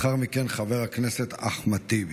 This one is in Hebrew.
לאחר מכן, חבר הכנסת אחמד טיבי.